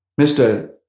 Mr